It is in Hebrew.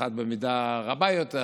אחד במידה רבה יותר,